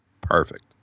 Perfect